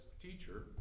teacher